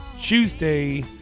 Tuesday